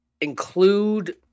include